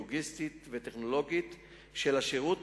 הלוגיסטית והטכנולוגית של השירות,